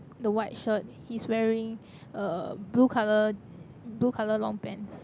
the white shirt he's wearing a blue colour blue colour long pants